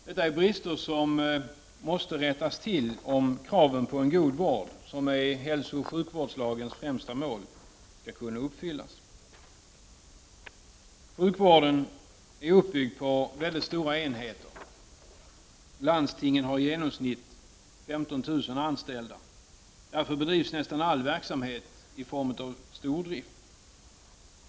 Dessa brister måste rättas till om kraven på en god vård — som är hälsooch sjukvårdslagens främsta mål — skall kunna uppfyllas. Sjukvården är uppbyggd på mycket stora enheter. Landstingen har i genomsnitt 15 000 anställda. Därför bedrivs nästan all verksamhet i form av stordrift.